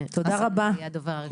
הוא יהיה הדובר הראשון.